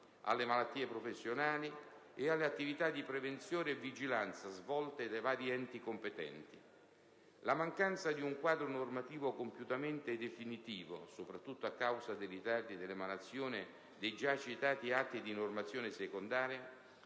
alle malattie professionali e alle attività di prevenzione e vigilanza svolte dai vari enti competenti. La mancanza di un quadro normativo compiutamente definito, soprattutto a causa dei ritardi nell'emanazione dei già citati atti di normazione secondaria,